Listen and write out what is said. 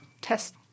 test